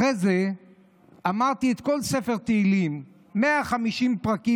לאחר מכן אמרתי את כל ספר תהילים, 150 פרקים.